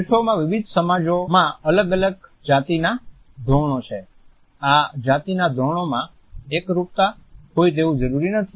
વિશ્વમાં વિવિધ સમાજમાં અલગ અલગ જાતિના ધોરણો છે આ જાતિના ધોરણોમાં એકરૂપતા હોય તેવું જરૂરી નથી